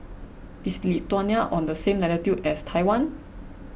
is Lithuania on the same latitude as Taiwan